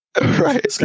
Right